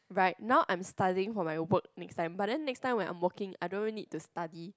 right now I'm studying for my work next time but then next time when I'm working I don't need to study